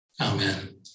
Amen